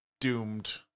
doomed